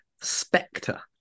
Spectre